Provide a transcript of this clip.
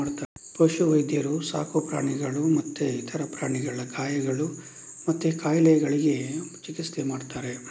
ಪಶು ವೈದ್ಯರು ಸಾಕು ಪ್ರಾಣಿಗಳು ಮತ್ತೆ ಇತರ ಪ್ರಾಣಿಗಳ ಗಾಯಗಳು ಮತ್ತೆ ಕಾಯಿಲೆಗಳಿಗೆ ಚಿಕಿತ್ಸೆ ಮಾಡ್ತಾರೆ